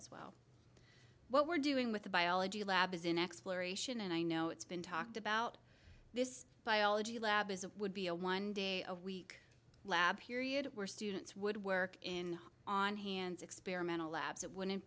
as well what we're doing with the biology lab is in exploration and i know it's been talked about this biology lab is a would be a one day a week lab period where students would work in on hands experimental labs it wouldn't